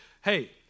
hey